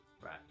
right